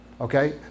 okay